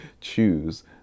choose